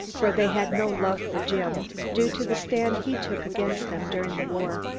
for they had no love for jim, due to the stand he took against them during the war.